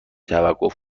توقف